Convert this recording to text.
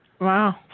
Wow